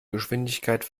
geschwindigkeit